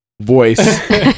voice